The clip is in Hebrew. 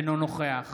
אינו נוכח